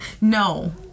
No